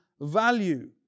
value